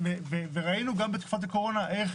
ראינו גם בתקופת הקורונה איך